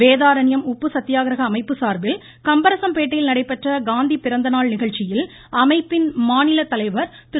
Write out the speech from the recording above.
வேதாரண்யம் உப்பு சத்தியாகிரக அமைப்பு சார்பில் கம்பரசம்பேட்டையில் நடைபெற்ற காந்தி பிறந்த நாள் நிகழ்ச்சியில் அமைப்பின் மாநிலத் தலைவர் திரு